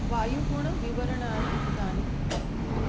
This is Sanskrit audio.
वायुगुणविवरणानि इदानीम्